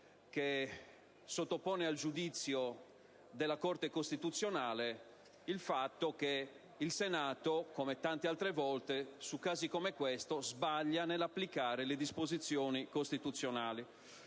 che sottopone al giudizio della Corte costituzionale il fatto che il Senato, come tante altre volte su casi come questo, sbaglia nell'applicare le disposizioni costituzionali.